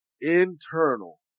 internal